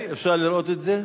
אפשר לראות את זה?